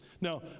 Now